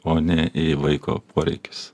o ne į vaiko poreikius